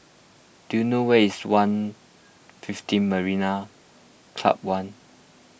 do you know where is one' fifteen Marina Club one